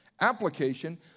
application